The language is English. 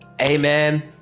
Amen